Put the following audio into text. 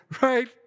right